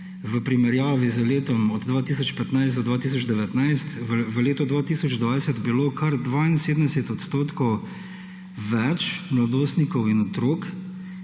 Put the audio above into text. v primerjavi z leti od 2015 do 2019 v letu 2020 bilo kar 72 odstotkov več mladostnikov in otrok,